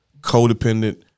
codependent